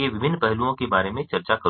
के विभिन्न पहलुओं के बारे में चर्चा करूंगा